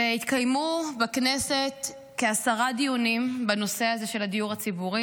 התקיימו בכנסת כעשרה דיונים בנושא הזה של הדיור הציבורי.